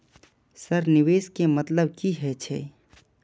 Sir निवेश के मतलब की हे छे?